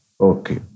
Okay